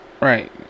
Right